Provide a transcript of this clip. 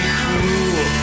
cruel